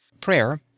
Prayer